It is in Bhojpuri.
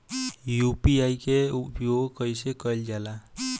यू.पी.आई के उपयोग कइसे कइल जाला?